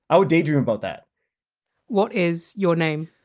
i would daydream about that what is your name?